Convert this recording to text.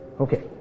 Okay